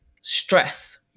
stress